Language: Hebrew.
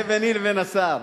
זה ביני ובין השר.